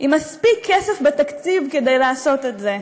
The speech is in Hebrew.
עם מספיק כסף בתקציב כדי לעשות את זה,